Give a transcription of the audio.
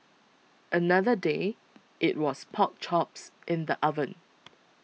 another day it was pork chops in the oven